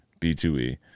b2e